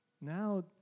Now